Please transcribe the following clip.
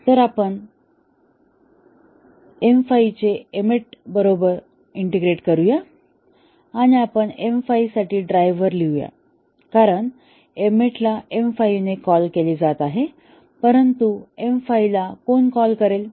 तर प्रथम आपण M5 चे M8 बरोबर इंटिग्रेट करूया आणि आपण M5 साठी ड्रायव्हर लिहू या कारण M8 ला M5 ने कॉल केले जात आहे परंतु M5 ला कोण कॉल करेल